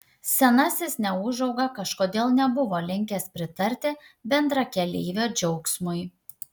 senasis neūžauga kažkodėl nebuvo linkęs pritarti bendrakeleivio džiaugsmui